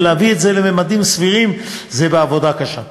ולהביא את זה לממדים סבירים זה בעבודה קשה.